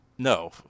No